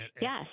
Yes